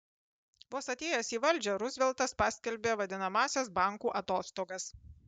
vos atėjęs į valdžią ruzveltas paskelbė vadinamąsias bankų atostogas